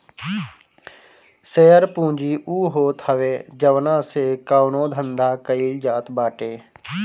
share पूंजी उ होत हवे जवना से कवनो धंधा कईल जात बाटे